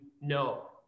no